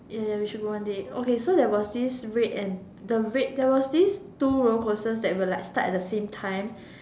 ya ya we should go one day okay so there was this red and the red there was this two roller coaster that will like start at the same time